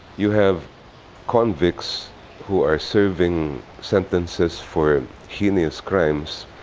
you have convicts who are serving sentences for heinous crimes,